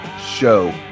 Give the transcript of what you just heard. show